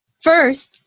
first